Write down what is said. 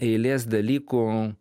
eilės dalykų